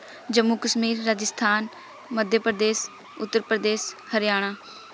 Jammu Kashmir Rajasthan Madhya Pradesh Uttar Pradesh Haryana